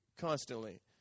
constantly